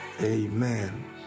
Amen